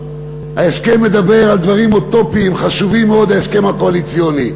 ההסכם מדבר על דברים אוטופיים חשובים מאוד להסכם הקואליציוני.